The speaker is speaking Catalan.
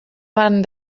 van